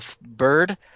bird